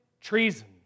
treason